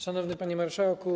Szanowny Panie Marszałku!